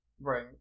right